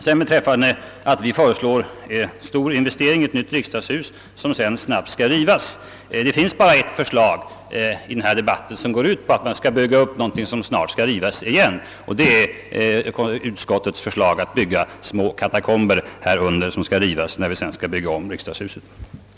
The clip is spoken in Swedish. Vad beträffar talet om att vi föreslår en investering i ett stort hus som sedan snabbt skall rivas vill jag säga, att det finns bara ett förslag i denna debatt som går ut på att man skall bygga någonting som snart skall rivas igen, nämligen utskottets förslag att under denna kam mare bygga små katakomber som skall rivas, när man sedan skall bygga om riksdagshuset för enkammarens behov.